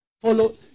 Follow